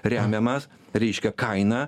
remiamas reiškia kainą